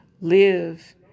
live